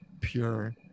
pure